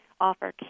offer